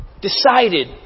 Decided